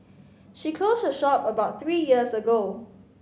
she closed her shop about three years ago